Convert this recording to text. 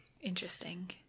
Interesting